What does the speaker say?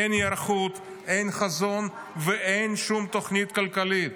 אין היערכות, אין חזון ואין שום תוכנית כלכלית.